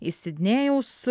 iš sidnėjaus